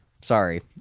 sorry